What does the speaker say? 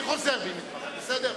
אני חוזר בי מדברי, בסדר?